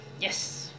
Yes